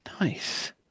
nice